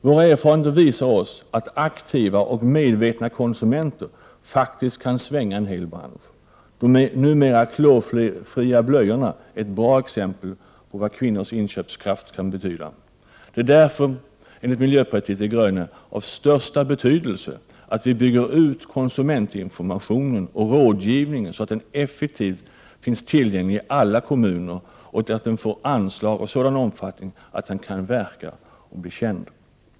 Våra erfarenheter visar oss att aktiva och medvetna konsumenter faktiskt kan svänga en hel bransch. De numera klorfria blöjorna är ett bra exempel på vad kvinnors inköpskraft kan betyda. Därför är det enligt miljöpartiet de gröna av största betydelse att vi bygger ut konsumentinformationen och rådgivningen, så att en effektiv sådan finns tillgänglig i alla kommuner och får anslag av sådan omfattning att den kan verka och bli känd.